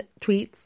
tweets